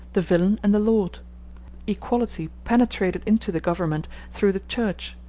the villein and the lord equality penetrated into the government through the church,